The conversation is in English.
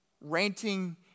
ranting